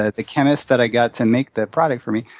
ah the chemist that i got to make the product for me.